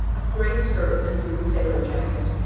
of gray skirts and blue sailor-jacket,